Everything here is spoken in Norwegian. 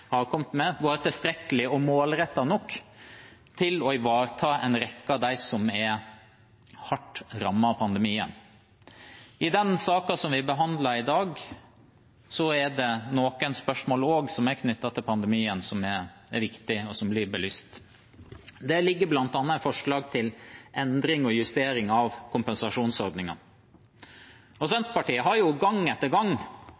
kommet med, vært tilstrekkelige og målrettede nok til å ivareta en rekke av dem som er hardt rammet av pandemien. I den saken som vi behandler i dag, er det også noen spørsmål knyttet til pandemien som er viktige, og som blir belyst. Det foreligger bl.a. et forslag til endring og justering av kompensasjonsordningen. Senterpartiet har gang